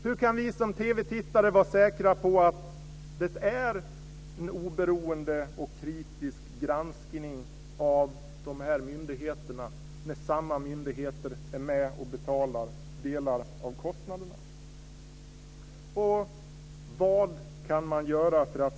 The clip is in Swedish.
Hur kan vi som TV-tittare vara säkra på att det är en oberoende och kritisk granskning av myndigheterna när samma myndigheter är med och betalar delar av kostnaderna?